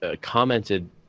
commented